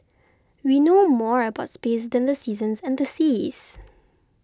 we know more about space than the seasons and the seas